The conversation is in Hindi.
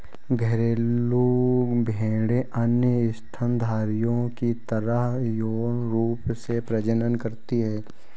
घरेलू भेड़ें अन्य स्तनधारियों की तरह यौन रूप से प्रजनन करती हैं